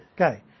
Okay